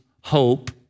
hope